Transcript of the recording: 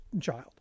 child